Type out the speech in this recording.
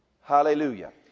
Hallelujah